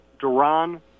Duran